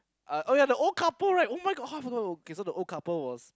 uh oh ya the couple right [oh]-my-god how I forgot okay so the old couple was